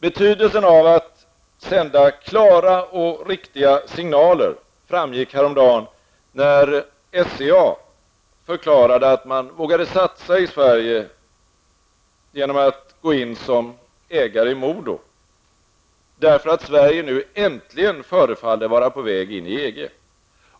Betydelsen av att sända klara och riktiga signaler framgick häromdagen, när SCA förklarade att man vågade satsa i Sverige igen genom att gå in som ägare i MoDo, därför att Sverige nu äntligen förefaller vara på väg in i EG.